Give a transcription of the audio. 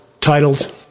titled